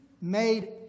made